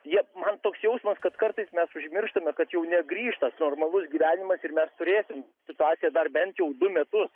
jie man toks jausmas kad kartais mes užmirštame kad jau negrįš tas normalus gyvenimas ir mes turėsim situaciją dar bent jau du metus